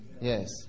Yes